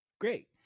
Great